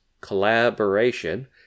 collaboration